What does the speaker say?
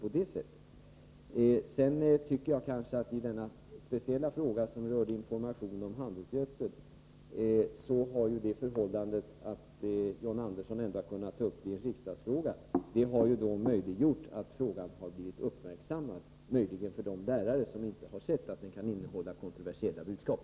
När det gäller denna speciella fråga som rör information om handelsgödsel, har dessutom det förhållandet att John Andersson har kunnat ta upp detta i en fråga i riksdagen möjliggjort att frågan blir uppmärksammad även av de lärare som eventuellt inte har sett att broschyren kan innehålla kontroversiella budskap.